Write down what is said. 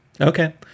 okay